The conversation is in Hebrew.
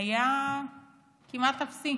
היה כמעט אפסי.